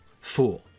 fool